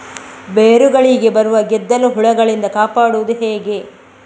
ಬೇರುಗಳಿಗೆ ಬರುವ ಗೆದ್ದಲು ಹುಳಗಳಿಂದ ಕಾಪಾಡುವುದು ಹೇಗೆ?